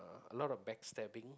a lot of backstabbing